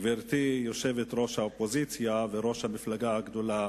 גברתי יושבת-ראש האופוזיציה וראש המפלגה הגדולה